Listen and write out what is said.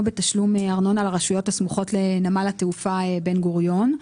בתשלום ארנונה לרשויות הסמוכות לנמל התעופה בן גוריון.